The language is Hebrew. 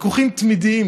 ויכוחים תמידיים,